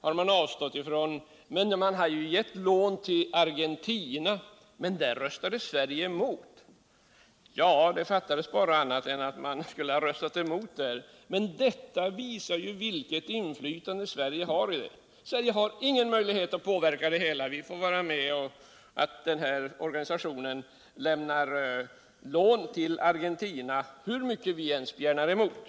Han säger också: Banken har gett lån till Argentina, men där röstade ju Sverige emot. Ja, det skulle bara fattas att vi inte skulle ha röstat emot det förslaget! Men detta visar vilket inflytande Sverige har, dvs. att Sverige inte har någon möjlighet alls att påverka IDB:s verksamhet. Vi får bara vara med och bevittna att organisationen lämnar lån till Argentina hur mycket vi än spjärnar emot.